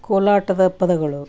ಕೋಲಾಟದ ಪದಗಳು